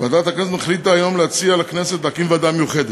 ועדת הכנסת החליטה היום להציע לכנסת להקים ועדה מיוחדת.